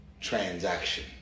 transaction